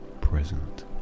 present